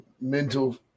mental